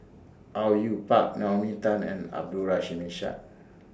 Au Yue Pak Naomi Tan and Abdul Rahim Ishak